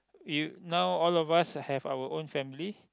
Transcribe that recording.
we now all of us have our own family